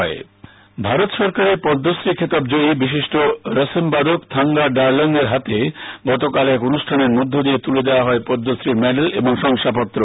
পদ্মশ্রী পদক ভারত সরকারের পদ্মশ্রী খেতাব জয়ী বিশিষ্ট রসেম বাদক থাংগা দারলং এর হাতে গতকাল এক অনুষ্ঠানের মধ্য দিয়ে তুলে দেওয়া হয় পদ্মশ্রীর মেডেল ও শংসাপত্র